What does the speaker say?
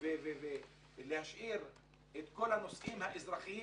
ולהשאיר את כל הנושאים האזרחיים?